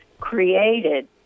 created